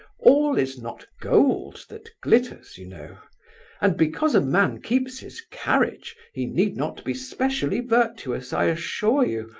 all is not gold that glitters, you know and because a man keeps his carriage he need not be specially virtuous, i assure you,